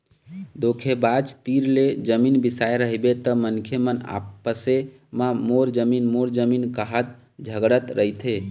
धोखेबाज तीर ले जमीन बिसाए रहिबे त मनखे मन आपसे म मोर जमीन मोर जमीन काहत झगड़त रहिथे